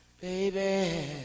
baby